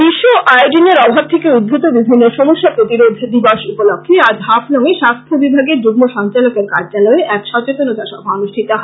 বিশ্ব আয়োডিনের অভাব থেকে উদ্ভত বিভিন্ন সমস্যা প্রতিরোধ দিবস উপলক্ষে আজ হাফলংএ স্বাস্থ্য বিভাগের যুগ্ম সঞ্চালকের কার্যালয়ে এক সচেতনতা সভা অনুষ্ঠিত হয়